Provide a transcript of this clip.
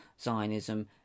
Zionism